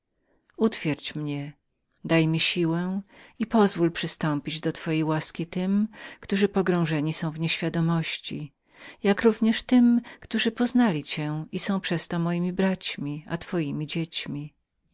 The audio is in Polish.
utwierdź mnie daj mi siłę i pozwól przystąpić do twojej łaski tym którzy pogrążeni są w niewiadomości jak równie tym którzy poznali cię i są przez to moimi braćmi a twojemi dziećmi